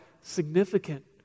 significant